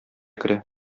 керә